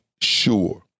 sure